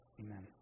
amen